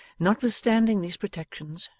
notwithstanding these protections,